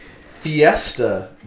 Fiesta